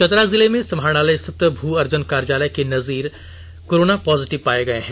चतरा जिले में समाहरणालय स्थित भू अर्जन कार्यालय के नजीर कोरोना पॉजिटिव पाए गए हैं